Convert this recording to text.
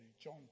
John